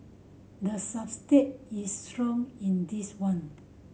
the subtext is strong in this one